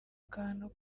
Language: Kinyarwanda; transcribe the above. kantu